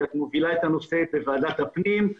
שאת מובילה את הנושא בוועדת הפנים.